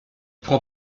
prend